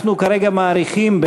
אנחנו כרגע מאריכים,